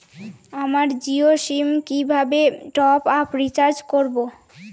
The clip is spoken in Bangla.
আমার জিও সিম এ কিভাবে টপ আপ রিচার্জ করবো?